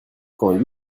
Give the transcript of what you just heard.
quand